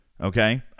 Okay